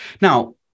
Now